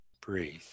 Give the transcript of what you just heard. breathe